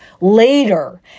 later